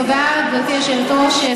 תודה, גברתי היושבת-ראש.